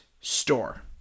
store